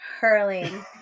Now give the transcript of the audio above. hurling